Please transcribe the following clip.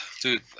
dude